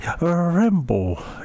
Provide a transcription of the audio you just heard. ramble